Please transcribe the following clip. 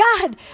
God